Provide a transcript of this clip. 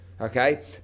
Okay